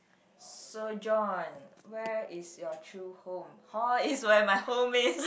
so John where is your true home hall is where my home is